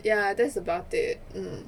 ya that's about it mm